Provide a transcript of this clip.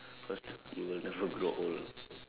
cause you will never grow old